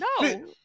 No